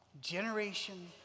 generation